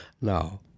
Now